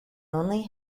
only